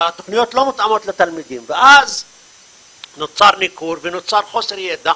אבל התכניות לא מותאמות לתלמידים ואז נוצר ניכור ונוצר חוסר ידע